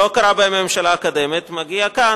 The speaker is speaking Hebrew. לא קרה בממשלה הקודמת, מגיע כאן.